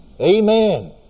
Amen